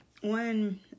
One